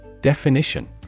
Definition